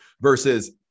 versus